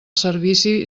servici